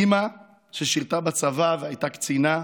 אימא ששרתה בצבא והייתה קצינה,